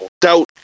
Doubt